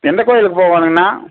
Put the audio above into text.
எந்த கோயிலுக்கு போகணுங்கண்ணா